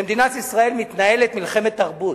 במדינת ישראל מתנהלת מלחמת תרבות,